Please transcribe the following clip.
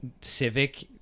civic